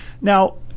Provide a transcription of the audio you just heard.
Now